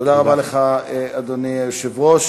תודה רבה לך, אדוני היושב-ראש.